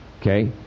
okay